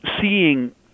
seeing